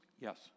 Yes